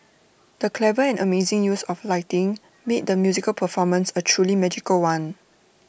the clever and amazing use of lighting made the musical performance A truly magical one